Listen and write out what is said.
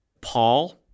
Paul